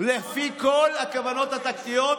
לפי כל התובנות הכלכליות,